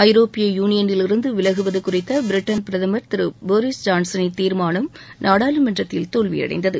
ஐரோப்பிய யூனியனிலிருந்து விலகுவது குறித்த பிரிட்டன் பிரதமர் திரு போரிஸ் ஜான்சனின் தீர்மானம் நாடாளுமன்றத்தில் தோல்வியடைந்தது